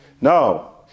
No